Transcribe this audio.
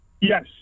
Yes